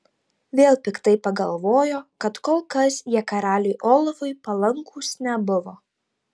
vėl piktai pagalvojo kad kol kas jie karaliui olafui palankūs nebuvo